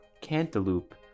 Cantaloupe